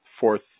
fourth